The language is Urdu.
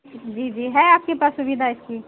جی جی ہے آپ کے پاس سویدھا اس کی